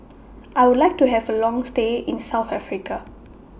I Would like to Have A Long stay in South Africa